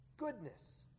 goodness